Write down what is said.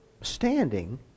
standing